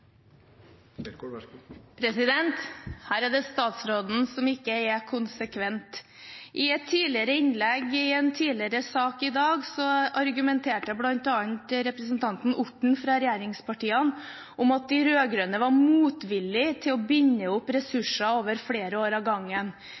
E39. Her er det statsråden som ikke er konsekvent. I et tidligere innlegg i en tidligere sak i dag argumenterte bl.a. representanten Orten fra regjeringspartiene om at de rød-grønne var motvillige til å binde opp